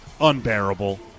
unbearable